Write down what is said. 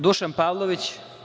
Dušan Pavlović?